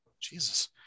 Jesus